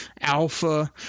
alpha